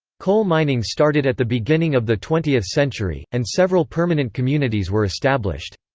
coal mining started at the beginning of the twentieth century, and several permanent communities were established.